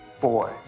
boy